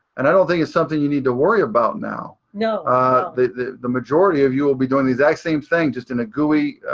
and i don't think it's something you need to worry about now. yeah ah the the majority of you will be doing the exact same thing just in a gui